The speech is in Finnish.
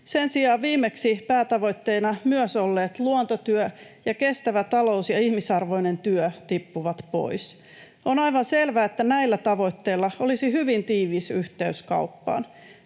Sen sijaan viimeksi päätavoitteina myös olleet luontotyö ja kestävä talous ja ihmisarvoinen työ tippuvat pois. On aivan selvää, että näillä tavoitteilla olisi hyvin tiivis yhteys kauppaan.